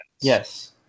Yes